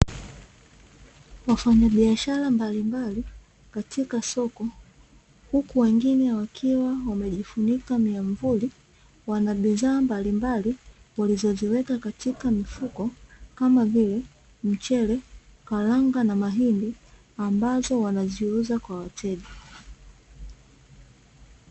Wafanyabiashara mbalimbali katika soko huku wengine wakiwa wamejifunika miavuli, wana bidhaa mbalimbali walizoziweka katika mifuko kama vile:mchele, karanga na mahindi ambazo wanaziuza kwa wateja.